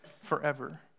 forever